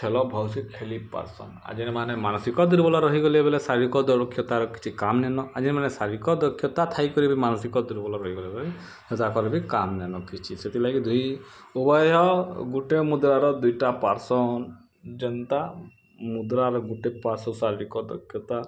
ଖେଲ ଭଲସେ ଖେଲି ପାରସନ୍ ଆଉ ଯେନମାନେ ମାନସିକ ଦୁର୍ବଳ ରହିଗଲେ ବୋଲେ ଶାରୀରିକ ଦକ୍ଷତାର କିଛି କାମ୍ ନାଇଁ ନ ଆଉ ଯେନମାନେ ଶାରୀରିକ ଦକ୍ଷତା ଥାଇକରି ବି ମାନସିକ ଦୁର୍ବଳ ରହିଗଲେ ବି ତାକର୍ ବି କାମ୍ ନାଇଁ ନ କିଛି ସେଥିଲାଗି ଦୁଇ ଉଭୟ ଗୁଟେ ମୁଦ୍ରାର ଦୁଇଟା ପାର୍ଶ୍ୱ ଯେନ୍ତା ମୁଦ୍ରାର ଗୁଟେ ପାର୍ଶ୍ୱ ଶାରୀରିକ ଦକ୍ଷତା